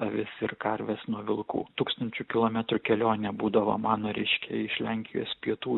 avis ir karves nuo vilkų tūkstančių kilometrų kelionė būdavo mano reiškia iš lenkijos pietų